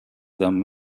them